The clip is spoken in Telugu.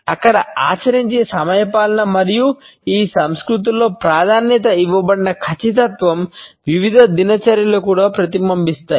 అక్కడ ఆచరించే సమయపాలన మరియు ఈ సంస్కృతులలో ప్రాధాన్యత ఇవ్వబడిన ఖచ్చితత్వం వివిధ దినచర్యలలో కూడా ప్రతిబింబిస్తాయి